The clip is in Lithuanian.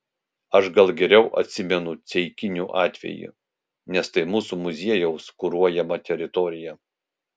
aš gal geriau atsimenu ceikinių atvejį nes tai mūsų muziejaus kuruojama teritorija